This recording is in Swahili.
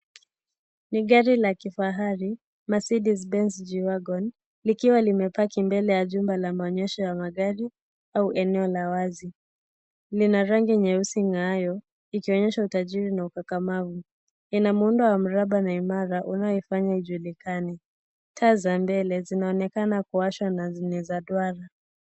Ni gari la kifahari Mercedes Benze, G-Wagon likiwa limepaki mbele ya jumba la maonyesho ya magari au eneo la wazi, lina rangi nyeusi ingaayoo ikionyesha utajiri na ukakamavu, ina muundo wa mraba na imara unaoifanya ijulikane, taa za mbele zinaonekana kuwasha na ni za duara.